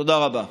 תודה רבה.